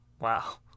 wow